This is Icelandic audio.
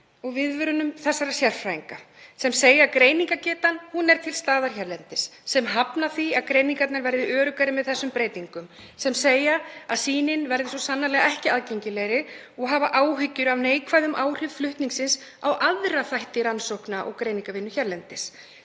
viðvörunum sérfræðinga sem segja að greiningargetan sé til staðar hérlendis, sem hafna því að greiningarnar verði öruggari með þessum breytingum, sem segja að sýnin verði svo sannarlega ekki aðgengilegri og hafa áhyggjur af neikvæðum áhrif flutningsins á aðra þætti í rannsókna- og greiningarvinnu hérlendis?